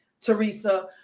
Teresa